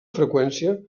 freqüència